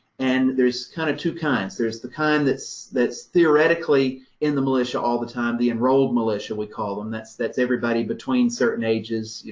and there's kind of two kinds there's the kind that's that's theoretically in the militia all the time, the enrolled militia we call them, that's that's everybody between certain ages,